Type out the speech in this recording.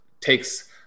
takes